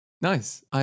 Nice